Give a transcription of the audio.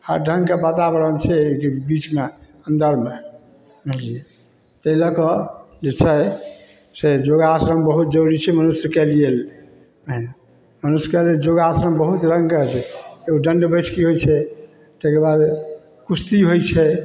हर ढङ्गके वातावरण छै कि किछु नहि अन्दरमे ताहि लऽ कऽ जे छै से योगासन बहुत जरूरी छै मनुष्यके लिए आइ मनुष्यके लेल योगासन बहुत रङ्गके छै दण्ड बैठकी होइ छै ताहिके बाद कुश्ती होइ छै